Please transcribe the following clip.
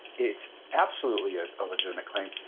it's absolutely a ah legitimate claim.